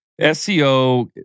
SEO